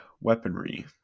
weaponry